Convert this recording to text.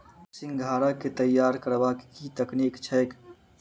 सिंघाड़ा केँ तैयार करबाक की तकनीक छैक?